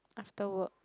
after work